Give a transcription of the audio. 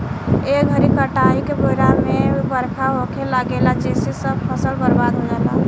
ए घरी काटाई के बेरा ही बरखा होखे लागेला जेसे सब फसल बर्बाद हो जाला